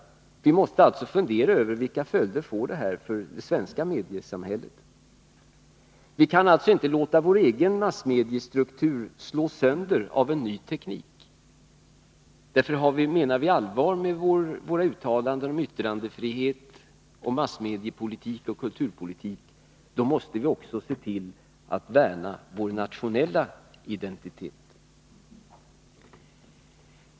Vi måste fundera över vilka Om massmedieföljder det hela får för det svenska mediesamhället. kommitténs direk Vi kan inte låta vår egen massmediestruktur slås sönder av en ny teknik. — tiv Menar vi allvar med våra uttalanden om yttrandefrihet, massmediepolitik och kulturpolitik, måste vi också se till att värna om vår nationella identitet!